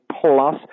Plus